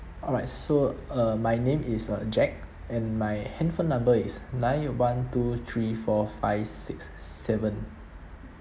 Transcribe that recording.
alright so uh my name is uh jack and my handphone number is nine one two three four five six seven